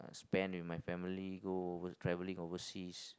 spend with my family go travelling overseas